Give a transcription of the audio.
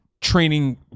training